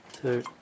two